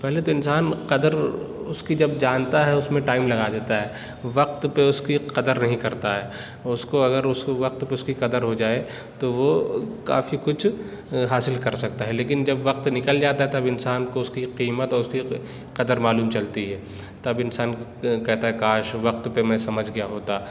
پہلے تو انسان قدر اس کی جب جانتا ہے اس میں ٹائم لگا دیتا ہے وقت پہ اس کی قدر نہیں کرتا ہے اس کو اگر اس کو وقت پر اس کی قدر ہو جائے تو وہ کافی کچھ حاصل کر سکتا ہے لیکن جب وقت نکل جاتا ہے تب انسان کو اس کی قیمت اور اس کی ق قدر معلوم چلتی ہے تب انسان کہتا ہے کاش وقت پہ میں سمجھ گیا ہوتا